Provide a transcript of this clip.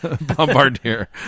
Bombardier